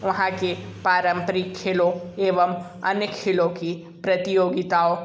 वहाँ के पारंपरिक खेलों एवं अन्य खेलों की प्रतियोगिताओं